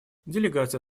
делегация